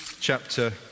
Chapter